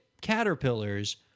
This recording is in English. caterpillars